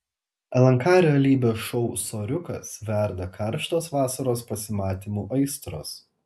lnk realybės šou soriukas verda karštos vasaros pasimatymų aistros